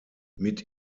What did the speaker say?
mit